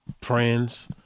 friends